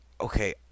Okay